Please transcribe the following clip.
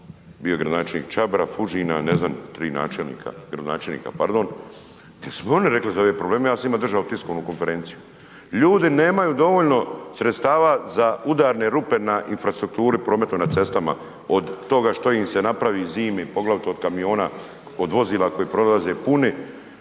bio gradonačelnik Čabra, Fužina, ne znam tri načelnika, gradonačelnika pardon, jer su mi oni rekli za ove probleme, ja sam njima držao tiskovnu konferenciju. Ljudi nemaju dovoljno sredstava za udarne rupe na infrastrukturi prometu na cestama od toga što im se napravi zimi, poglavito kamiona od vozila koji prolaze puni,